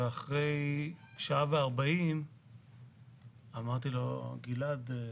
ואחרי שעה וארבעים אמרתי לו: גלעד,